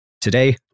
Today